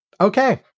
Okay